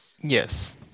Yes